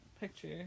Picture